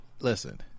listen